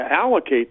allocate